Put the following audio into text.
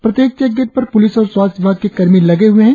प्रत्येक चेकगेट पर प्लिस और स्वास्थ्य विभाग के कर्मी लगे हुए है